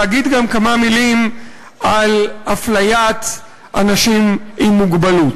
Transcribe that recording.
להגיד גם כמה מילים על אפליית אנשים עם מוגבלות.